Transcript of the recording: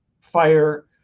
fire